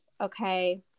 okay